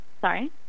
Sorry